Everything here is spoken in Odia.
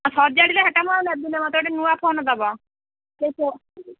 ଏ ସଜାଡ଼ିଲେ ସେଟା ମୁଁ ସେଟା ଆଉ ନେବିନି ମତେ ଗୋଟେ ନୂଆ ଫୋନ୍ ଦେବ ସେ ଫୋନ